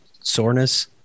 soreness